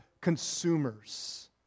consumers